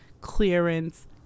clearance